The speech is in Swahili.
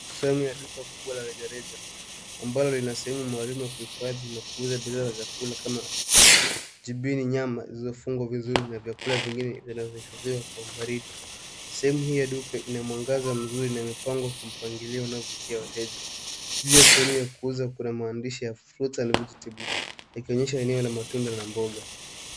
Sehemu ya duka kubwa la rejareja ambalo lina sehemu maalum ya kuhifadhi na kuuza bidhaa za kula kama mboga na chakula. Sehemu hii ya duka ina mwangaza mzuri na imepangwa kwa mpangilio unaovutia wateja. Pia sehemu ya kuuza kuna maandishi ya Fruits and Vegetables yakionyesha eneo la matunda na mboga.